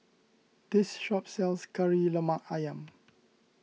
this shop sells Kari Lemak Ayam